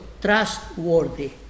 trustworthy